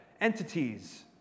entities